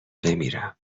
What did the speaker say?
بمیرم